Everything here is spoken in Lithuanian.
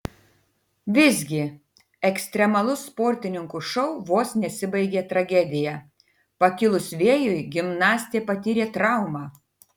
visgi ekstremalus sportininkų šou vos nesibaigė tragedija pakilus vėjui gimnastė patyrė traumą